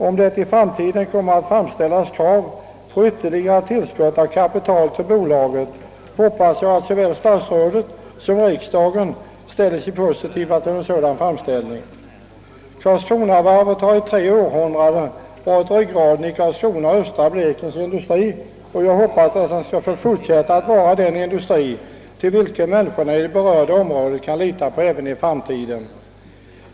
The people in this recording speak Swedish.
Om det i framtiden kommer att framställas krav på ytterligare tillskott av kapital till bolaget, hoppas jag att såväl statsrådet som riksdagen ställer sig positiva till en sådan framställning. Karlskronavarvet har i tre århundraden varit ryggraden i Karlskronas och östra Blekinges industrier, och jag hoppas att det skall få fortsätta att vara den industri vilken människorna i det berörda området kan lita på även i framtiden.